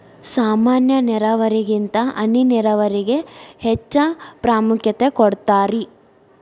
ಸಾಮಾನ್ಯ ನೇರಾವರಿಗಿಂತ ಹನಿ ನೇರಾವರಿಗೆ ಹೆಚ್ಚ ಪ್ರಾಮುಖ್ಯತೆ ಕೊಡ್ತಾರಿ